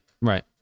Right